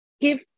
give